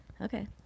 Okay